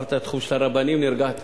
כשאמרת: התחום של רבנים, נרגעתי.